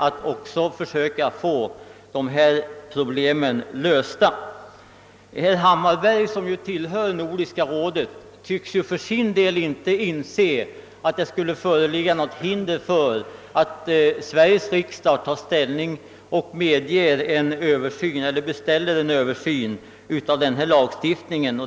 Herr Hammarberg, som tillhör Nordiska rådet, tycks för sin del inte inse att det skulle föreligga något hinder för att Sveriges riksdag tar ställning och beställer en översyn av denna lagstiftning.